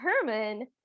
Herman